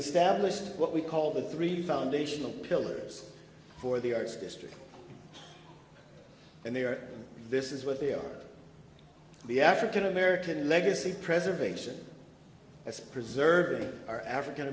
established what we call the three foundational pillars for the earth's history and they are this is what they are the african american legacy preservation spree serving our african